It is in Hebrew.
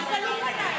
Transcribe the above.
אבל הוא פנה אליי.